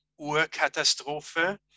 urkatastrophe